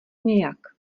nějak